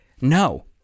No